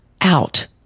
out